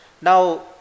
Now